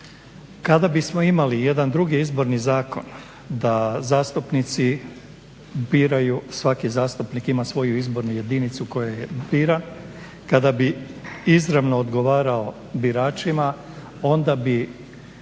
Kada bismo imali jedan drugi Izborni zakon da zastupnici biraju, svaki zastupnik ima svoju izbornu jedinicu u kojoj je biran, kada bi izravno odgovarao biračima onda bi